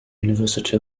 university